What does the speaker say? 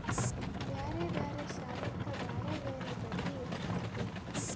ಬ್ಯಾರೆ ಬ್ಯಾರೆ ಸಾಲಕ್ಕ ಬ್ಯಾರೆ ಬ್ಯಾರೆ ಬಡ್ಡಿ ಇರ್ತತೆ